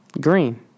Green